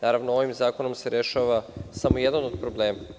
Naravno, ovim zakonom se rešava samo jedan od problema.